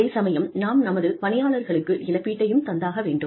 அதே சமயம் நாம் நமது பணியாளர்களுக்கு இழப்பீட்டையும் தந்தாக வேண்டும்